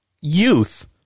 Youth